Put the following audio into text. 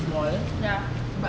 ya